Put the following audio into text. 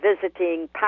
visiting